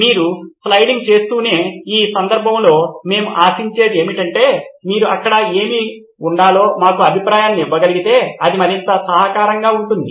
మీరు స్లైడింగ్ చేస్తూనే ఈ సందర్భంలో మేము ఆశించేది ఏమిటంటే మీరు అక్కడ ఏమి ఉండాలో మాకు అభిప్రాయాన్ని ఇవ్వగలిగితే అది మరింత సహాయకరంగా ఉంటుంది